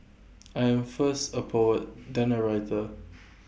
I am first A poet then A writer